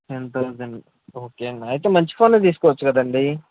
ten thousand okay అండి అయితే మంచి ఫోనే తీసుకొచ్చు కదండి